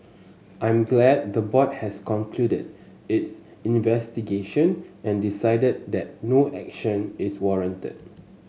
I'm glad the board has concluded its investigation and decided that no action is warranted